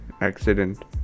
accident